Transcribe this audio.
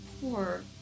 poor